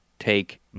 take